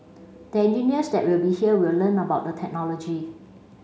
the engineers that will be here will learn about the technology